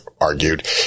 argued